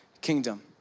kingdom